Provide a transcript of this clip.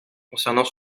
concernant